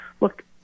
look